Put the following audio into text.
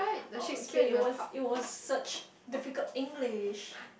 oh okay it was it was such difficult English